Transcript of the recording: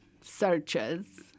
searches